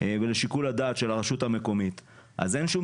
ולשיקול הדעת של הרשות המקומית - אז אין שום